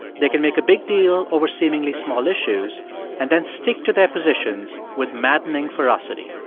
they can make a big deal over seemingly small issues and then stick to their positions with maddening ferocity.